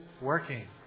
working